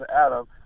Adam